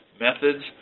methods